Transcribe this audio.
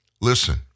listen